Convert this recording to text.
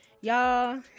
Y'all